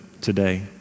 today